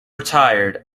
retired